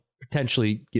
potentially